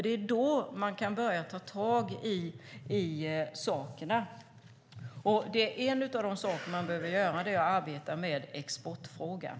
Det är då man kan ta tag i det här, och en av de saker man behöver göra är att arbeta med exportfrågan.